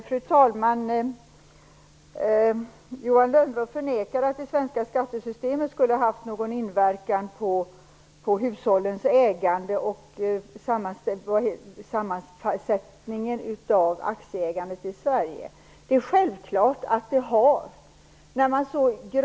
Fru talman! Johan Lönnroth förnekar att det svenska skattesystemet skulle ha haft någon inverkan på hushållens ägande och på sammansättningen av aktieägandet i Sverige. Det är självklart att så är fallet.